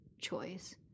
choice